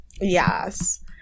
Yes